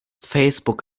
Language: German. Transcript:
facebook